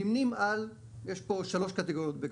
נמנים על שלוש קטיגוריות בגדול.